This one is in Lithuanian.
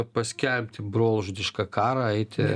paskelbti brolžudišką karą eiti